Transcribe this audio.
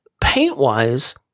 Paint-wise